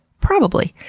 probably.